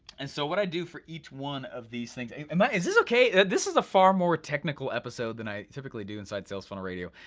and so what i do for each one of these things. i mean is this okay? this is a far more technical episode than i typically do inside sales funnel radio.